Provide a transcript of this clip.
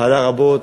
ופעלה רבות,